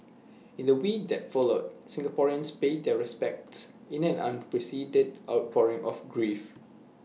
in the week that followed Singaporeans paid their respects in an unprecedented outpouring of grief